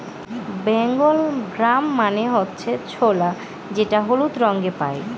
Bengal gram মানে হচ্ছে ছোলা যেটা হলুদ রঙে পাই